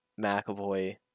McAvoy